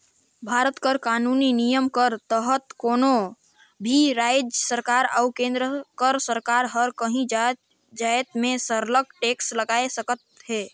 भारत कर कानूनी नियम कर तहत कोनो भी राएज सरकार अउ केन्द्र कर सरकार हर काहीं जाएत में सरलग टेक्स लगाए सकत अहे